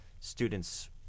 students